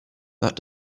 that